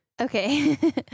okay